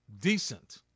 decent